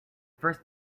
first